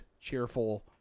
cheerful